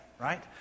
right